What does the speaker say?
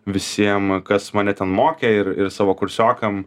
visiem kas mane ten mokė ir ir savo kursiokam